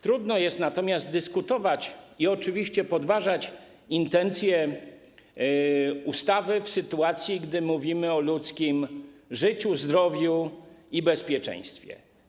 Trudno jest natomiast dyskutować i oczywiście podważać intencje ustawy w sytuacji, gdy mówimy o ludzkim życiu, zdrowiu i bezpieczeństwie.